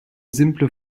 simple